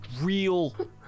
real